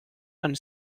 and